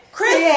Chris